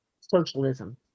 socialism